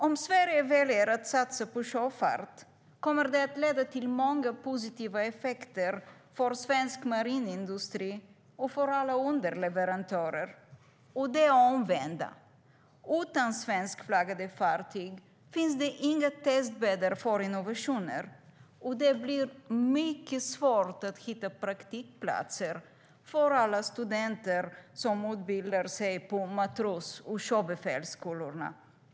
Om Sverige väljer att satsa på sjöfart kommer det att leda till många positiva effekter för svensk marinindustri och för alla underleverantörer. Och omvänt: Utan svenskflaggade fartyg finns det inga testbäddar för innovationer, och det blir mycket svårt att hitta praktikplatser för alla studenter som utbildar sig på matros och sjöbefälsskolorna.